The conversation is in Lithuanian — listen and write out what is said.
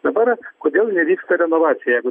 dabar kodėl nevyksta renovacija jeigu